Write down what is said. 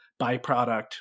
byproduct